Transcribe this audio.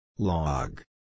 Log